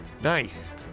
nice